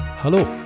Hallo